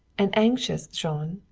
an anxious jean,